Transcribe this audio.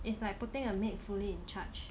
it's like putting a maid fully in charge